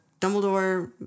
Dumbledore